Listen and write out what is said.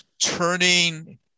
Turning